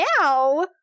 Now